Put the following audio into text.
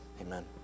Amen